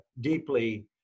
deeply